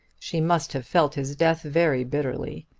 she must have felt his death very bitterly.